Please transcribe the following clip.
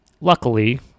Luckily